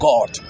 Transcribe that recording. God